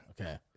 Okay